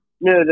No